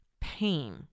pain